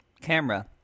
camera